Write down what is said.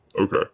Okay